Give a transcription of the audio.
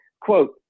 quote